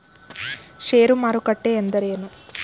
ಷೇರು ಮಾರುಕಟ್ಟೆ ಎಂದರೇನು?